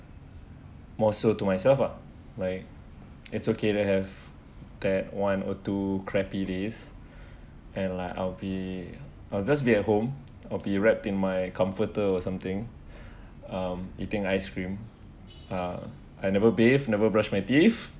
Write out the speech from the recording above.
more so to myself uh like it's okay to have that one or two crappy days and like I'll be I'll just be at home I'll be wrapped in my comforter or something um eating ice cream uh I never bath never brush my teeth